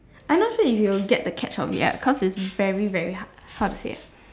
I'm not sure if you will get the catch of it ah cause it's very very hard how to say ah